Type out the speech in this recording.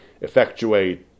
effectuate